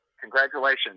Congratulations